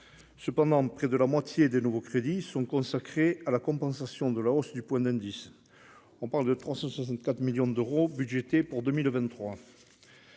Cependant, près de la moitié des nouveaux crédits sont consacrés à la compensation de la hausse du point d'indice : on parle de 364 millions d'euros budgétés pour 2023.